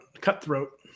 cutthroat